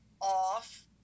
off